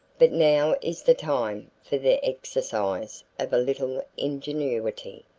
but now is the time for the exercise of a little ingenuity.